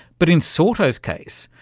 but in sorto's case,